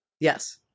Yes